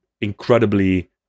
Incredibly